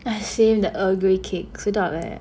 I save the earl grey cake sedap eh